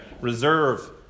reserve